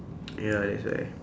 ya that's why